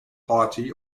party